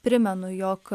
primenu jog